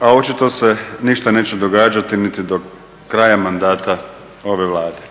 a očito se ništa neće događati niti do kraja mandata ove Vlade.